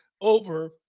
over